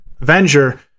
Avenger